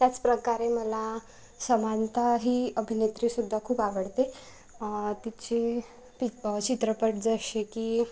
त्याचप्रकारे मला समांथा ही अभिनेत्री सुद्धा खूप आवडते तिचे पि चित्रपट जसे की